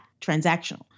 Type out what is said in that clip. transactional